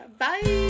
bye